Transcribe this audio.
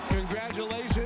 Congratulations